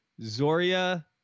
Zoria